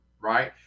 right